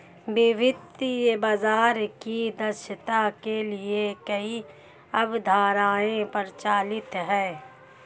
वित्तीय बाजार की दक्षता के लिए कई अवधारणाएं प्रचलित है